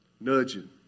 Nudging